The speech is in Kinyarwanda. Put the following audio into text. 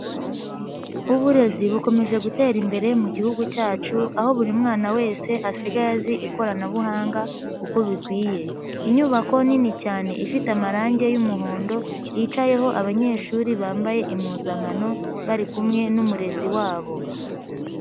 Uburezi bukomeje gutera imbere mu gihugu cyacu, aho buri mwana wese asigaye azi ikoranabuhanga uko bikwiye. Inyubako nini cyane ifite amarangi y'umuhondo yicayeho abanyeshuri bambaye impuzankano, bari kumwe n'umurezi wabo.